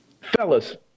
Fellas